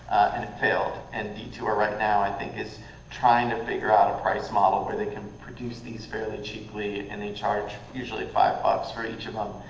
and it failed. and detour right now i think is trying to figure out a price model where they can produce these very and cheaply and they charge usually five bucks for each of them.